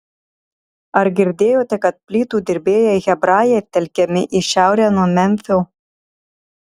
ar girdėjote kad plytų dirbėjai hebrajai telkiami į šiaurę nuo memfio